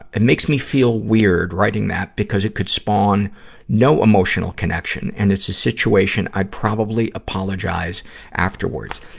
it makes me feel weird, writing that because it could spawn no emotional connection, and it's a situation i'd probably apologize afterwards.